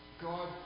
God